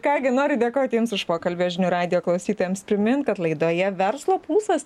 ką gi noriu dėkoti jums už pokalbį žinių radijo klausytojams primint kad laidoje verslo pulsas